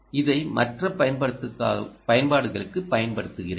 இதை மற்ற பயன்பாடுகளுக்கு பயன்படுத்துகிறேன்